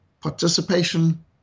participation